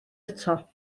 eto